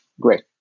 Great